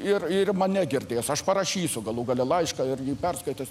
ir ir mane girdės aš parašysiu galų gale laišką ir jį perskaitys